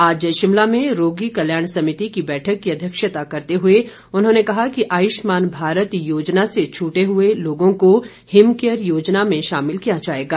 आज शिमला में रोगी कल्याण समिति की बैठक की अध्यक्षता करते हुए उन्होंने कहा कि आयुष्मान भारत योजना से छूटे हुए लोगों को हिमकेयर योजना में शामिल किया जाएगा